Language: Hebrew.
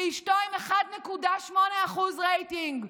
ואשתו עם 1.8% רייטינג.